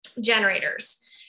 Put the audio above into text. generators